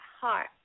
heart